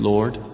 Lord